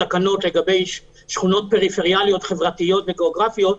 בתקנות לגבי שכונות פריפריאליות חברתיות וגאוגרפיות,